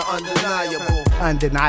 Undeniable